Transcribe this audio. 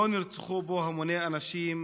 לא נרצחו בו המוני אנשים,